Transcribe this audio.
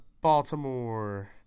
Baltimore